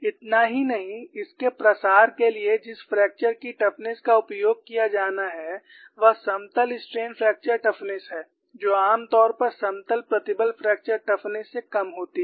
इतना ही नहीं इस के प्रसार के लिए जिस फ्रैक्चर की टफनेस का उपयोग किया जाना है वह समतल स्ट्रेन फ्रैक्चर टफनेस है जो आमतौर पर समतल प्रतिबल फ्रैक्चर टफनेस से कम होती है